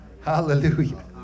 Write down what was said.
Hallelujah